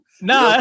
Nah